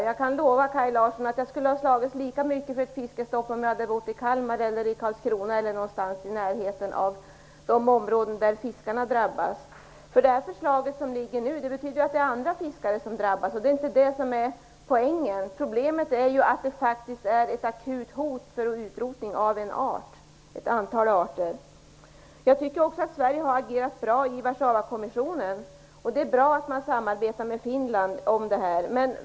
Jag kan lova Kaj Larsson att jag skulle ha slagits lika mycket för fisket, om jag i stället hade bott i Kalmar, i Karlskrona eller någon annanstans i närheten av de områden där fiskarna drabbas. Det förslag som nu framlagts betyder att andra fiskare drabbas, och det är inte poängen. Problemet är att det faktiskt är ett akut hot om utrotning av ett antal arter. Jag tycker också att Sverige har agerat bra i Warszawakommissionen, och det är bra att man samarbetar med Finland i det sammanhanget.